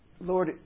Lord